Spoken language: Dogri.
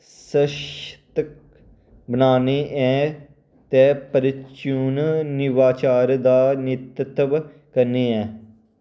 सशक्त बनाने ऐ ते परचून नवाचार दा नेतृत्व करना ऐ